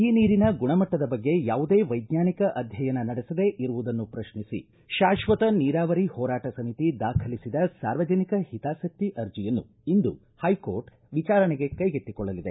ಈ ನೀರಿನ ಗುಣಮಟ್ಟದ ಬಗ್ಗೆ ಯಾವುದೇ ವೈಜ್ಞಾನಿಕ ಅಧ್ಯಯನ ನಡೆಸದೇ ಇರುವುದನ್ನು ಪ್ರಶ್ನಿಸಿ ಶಾಶ್ವತ ನೀರಾವರಿ ಹೋರಾಟ ಸಮಿತಿ ದಾಖಲಿಸಿದ ಸಾರ್ವಜನಿಕ ಹಿತಾಸಕ್ತಿ ಅರ್ಜಿಯನ್ನು ಇಂದು ಹೈಕೋರ್ಟ್ ವಿಚಾರಣೆಗೆ ಕೈಗೆತ್ತಿಕೊಳ್ಳಲಿದೆ